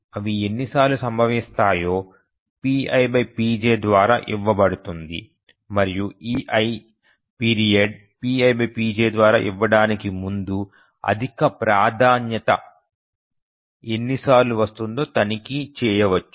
అవి ఎన్నిసార్లు సంభవిస్తాయో pipj ద్వారా ఇవ్వబడుతుంది మరియు e1s పీరియడ్ pipj ద్వారా ఇవ్వడానికి ముందు అధిక ప్రాధాన్యత ఎన్నిసార్లు వస్తుందో తనిఖీ చేయవచ్చు